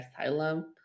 asylum